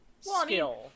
skill